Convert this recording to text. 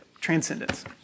Transcendence